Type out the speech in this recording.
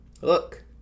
look